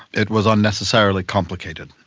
it was unnecessarily complicated.